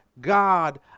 God